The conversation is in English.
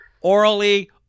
orally